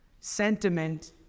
sentiment